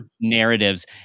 narratives